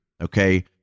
okay